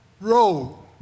road